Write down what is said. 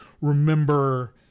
remember